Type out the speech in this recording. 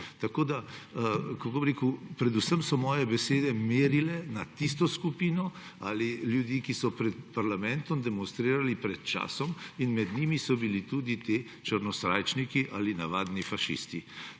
predsednik države. Predvsem so moje besede merile na tisto skupino ali ljudi, ki so pred parlamentom demonstrirali pred časom, in med njimi so bili tudi ti črnosrajčniki ali navadni fašisti.